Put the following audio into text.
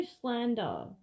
slander